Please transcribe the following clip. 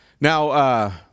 Now